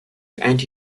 anti